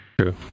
True